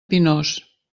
pinós